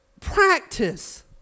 practice